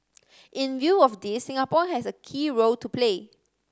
in view of this Singapore has a key role to play